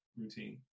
routine